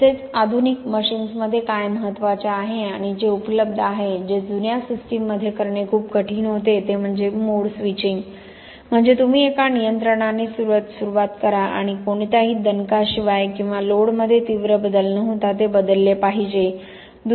तसेच आधुनिक मशीन्समध्ये काय महत्वाचे आहे आणि जे उपलब्ध आहे जे जुन्या सिस्टीममध्ये करणे खूप कठीण होते ते म्हणजे मोड स्विचिंग म्हणजे तुम्ही एका नियंत्रणाने सुरुवात करा आणि कोणत्याही दणकाशिवाय किंवा लोडमध्ये तीव्र बदल न होता ते बदलले पाहिजे